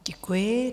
Děkuji.